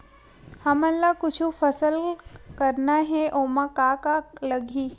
हमन ला कुछु फसल करना हे ओमा का का लगही?